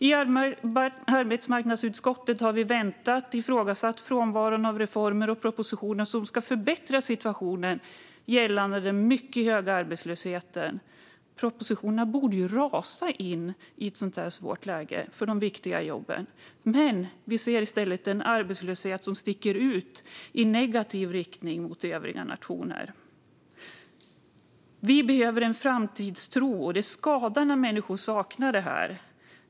I arbetsmarknadsutskottet har vi väntat och ifrågasatt frånvaron av reformer och propositioner som ska förbättra situationen gällande den mycket höga arbetslösheten. Propositionerna borde ju rasa in i ett så här svårt läge för de viktiga jobben. Men vi ser i stället en arbetslöshet som sticker ut i negativ riktning mot övriga nationer. Vi behöver en framtidstro, och det skadar när människor saknar det.